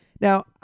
Now